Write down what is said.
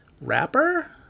rapper